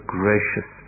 gracious